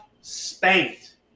spanked